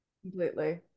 Completely